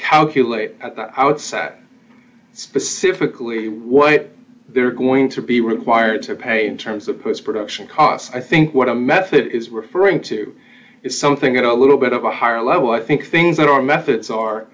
calculate at the outset specifically what they're going to be required to pay in terms of post production costs i think what a method is referring to is something that a little bit of a higher level i think things that are methods are